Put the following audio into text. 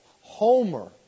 Homer